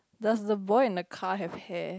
does the boy and the car have hair